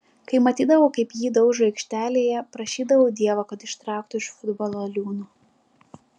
kai matydavau kaip jį daužo aikštėje prašydavau dievo kad ištrauktų iš futbolo liūno